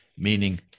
meaning